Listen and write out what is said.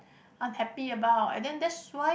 unhappy about and then that's why